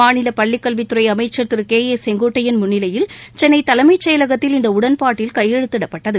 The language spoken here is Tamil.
மாநில பள்ளிக்கல்வித்துறை அமைச்சர் திரு கே ஏ செங்கோட்டையன் முன்னிலையில் சென்னை தலைமைச் செயலகத்தில் இந்த உடன்பாட்டில் கையெழுத்திடப்பட்டது